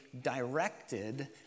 directed